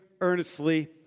earnestly